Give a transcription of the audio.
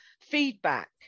feedback